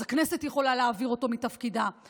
אז הכנסת יכולה להעביר אותו מתפקידו,